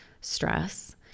stress